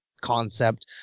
concept